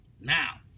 Now